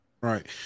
Right